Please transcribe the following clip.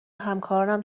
همکارانم